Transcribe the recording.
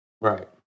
Right